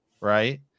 right